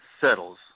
settles